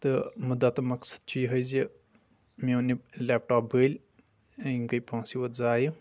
تہٕ مُدا تہٕ مَقصد چھُ یِہُے زِ مےٚ اوٚن یہِ لیپ ٹاپ بٔلۍ یِم گٔے پونٛسہِ یوت زایہ